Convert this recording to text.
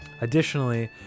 Additionally